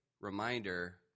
reminder